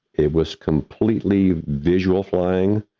it was completely visual flying.